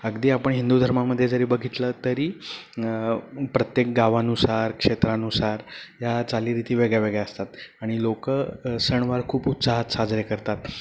अगदी आपण हिंदू धर्मामध्ये जरी बघितलं तरी प्रत्येक गावानुसार क्षेत्रानुसार या चालीरिती वेगळ्या वेगळ्या असतात आणि लोकं सणवार खूप उत्साहात साजरे करतात